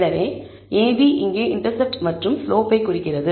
எனவே ab இங்கே intercept மற்றும் ஸ்லோப்பை குறிக்கிறது